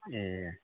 ए